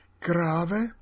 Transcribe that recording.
grave